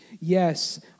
Yes